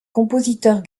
compositeurs